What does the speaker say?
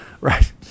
Right